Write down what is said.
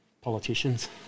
politicians